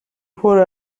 پره